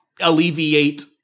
alleviate